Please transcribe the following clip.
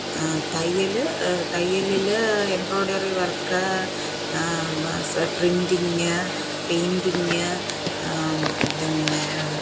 തയ്യൽ തയ്യലിൽ embroidery work printing painting പിന്നെ